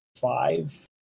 five